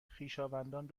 خویشاوندان